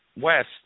west